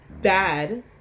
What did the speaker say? bad